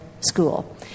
school